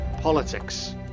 politics